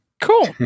cool